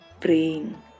Praying